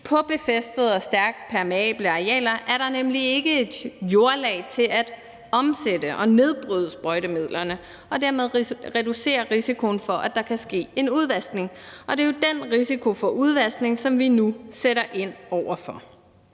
på befæstede og stærkt permeable arealer er der nemlig ikke et jordlag til at omsætte og nedbryde sprøjtemidlerne og dermed reducere risikoen for, at der kan ske en udvaskning. Og det er jo den risiko for udvaskning, som vi nu sætter ind over for.